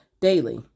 daily